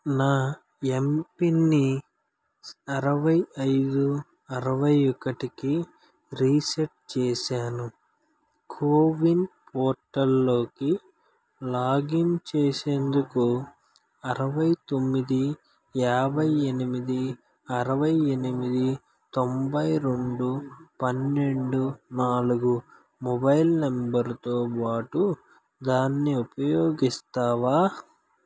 నా ఎంపిన్ని అరవై ఐదు అరవై ఒకటికి రీసెట్ చేశాను కోవిన్ పోర్టల్లోకి లాగిన్ చేసేందుకు అరవై తొమ్మిది యాభై ఎనిమిది అరవై ఎనిమిది తొంభై రెండు పన్నెండు నాలుగు మొబైల్ నెంబర్తో బాటు దాన్ని ఉపయోగిస్తావా